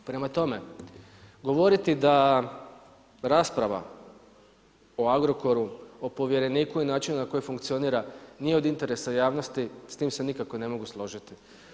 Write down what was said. Prema tome, govoriti da rasprava o Agrokoru, o povjereniku i načinu na koji funkcionira nije od interesa javnosti, s tim se nikako ne mogu složiti.